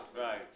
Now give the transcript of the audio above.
right